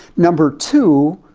number two,